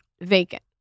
vacant